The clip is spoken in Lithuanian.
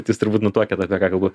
bet jūs turbūt nutuokiat apie ką kalbu